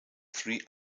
three